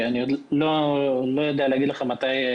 אני לא יודע להגיד לך מתי,